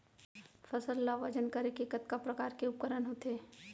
फसल ला वजन करे के कतका प्रकार के उपकरण होथे?